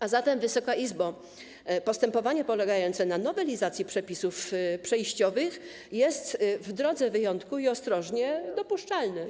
A zatem, Wysoka Izbo, postępowanie polegające na nowelizacji przepisów przejściowych jest - w drodze wyjątku i przeprowadzane ostrożnie - dopuszczalne.